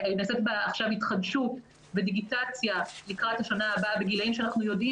עכשיו הן התחדשו בדיגיטציה לקראת השנה הבאה בגילים שאנחנו יודעים